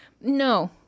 No